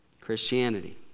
Christianity